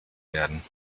werden